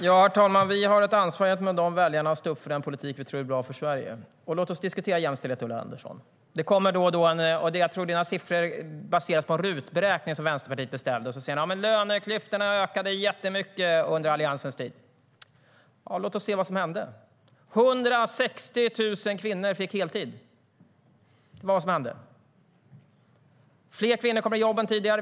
Herr talman! Vi har ett ansvar gentemot väljarna att stå upp för den politik som vi tror är bra för Sverige.Låt oss se vad som hände. 160 000 kvinnor fick heltid. Fler kvinnor kom i jobb än tidigare.